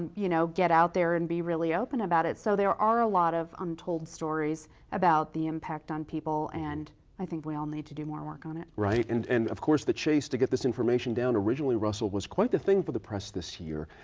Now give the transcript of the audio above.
you know, get out there and be really open about it. so there are a lot of untold stories about the impact on people, and i think we all need to do more work on it. right. and and, of course, the chase to get this information down originally, russell, was quite the thing for the press this year.